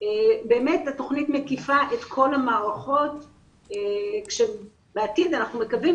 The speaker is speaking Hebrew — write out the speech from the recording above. התוכנית מקיפה את כל המערכות ובעתיד אנחנו מקווים